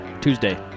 Tuesday